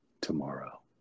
tomorrow